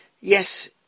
Yes